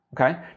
okay